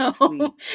no